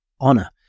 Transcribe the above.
honor